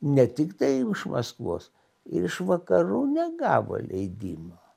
ne tiktai iš maskvos ir iš vakarų negavo leidimo